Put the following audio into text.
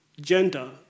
gender